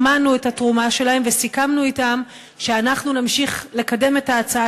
שמענו את התרומה שלהם וסיכמנו אתם שאנחנו נמשיך לקדם את ההצעה